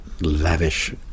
lavish